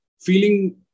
feeling